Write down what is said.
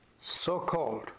so-called